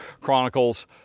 Chronicles